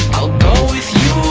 i'll go with you.